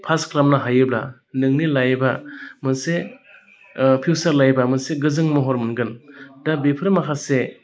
pass खालामनो हायोब्ला नोंनि लाइफआ मोनसे फिउचार लाइफआ मोनसे गोजोन महर मोनगोन दा बेफोर माखासे